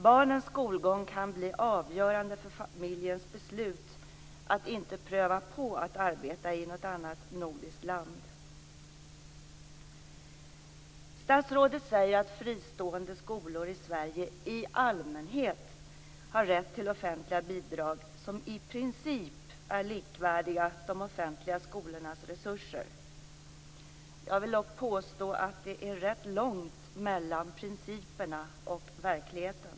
Barnens skolgång kan bli avgörande för familjens beslut att inte pröva på att arbeta i ett annat nordiskt land. Statsrådet säger att fristående skolor i Sverige i allmänhet har rätt till offentliga bidrag som i princip är likvärdiga med de offentliga skolornas resurser. Jag vill dock påstå att det är rätt långt mellan principerna och verkligheten.